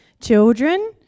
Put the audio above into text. children